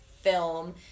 film